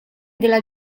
della